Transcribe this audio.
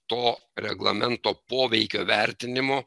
to reglamento poveikio vertinimo